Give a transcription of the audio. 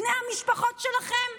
בני המשפחות שלכם?